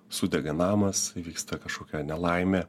sudega namas įvyksta kažkokia nelaimė